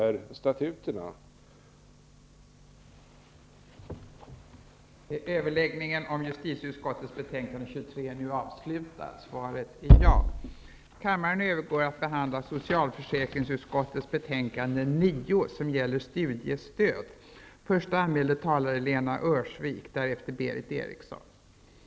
Men i statuterna sägs något annat.